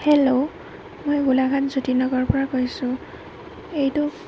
hello মই গোলাঘাট জ্যোতি নগৰৰ পৰা কৈছোঁ এইটো